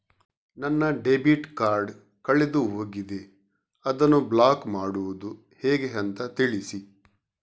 ನನ್ನ debit card ಕಳೆದು ಹೋಗಿದೆ, ಅದನ್ನು ಬ್ಲಾಕ್ ಮಾಡುವುದು ಹೇಗೆ ಅಂತ ತಿಳಿಸಿ?